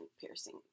piercing